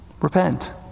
Repent